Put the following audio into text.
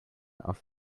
auf